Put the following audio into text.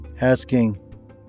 asking